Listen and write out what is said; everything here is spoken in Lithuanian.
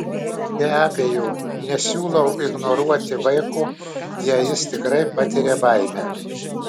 be abejo nesiūlau ignoruoti vaiko jei jis tikrai patiria baimę